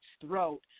throat